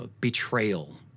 betrayal